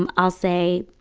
um i'll say,